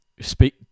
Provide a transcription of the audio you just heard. speak